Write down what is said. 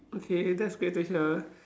okay that's great to hear